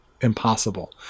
impossible